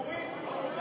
נורית,